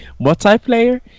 multiplayer